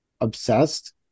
obsessed